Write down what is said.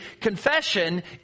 confession